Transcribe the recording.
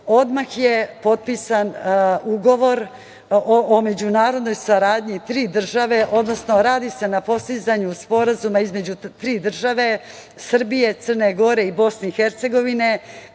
odmah je potpisan ugovor o međunarodnoj saradnji tri države, odnosno radi se na postizanju sporazuma između tri države, Srbije, Crne Gore i BiH, kroz